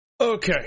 Okay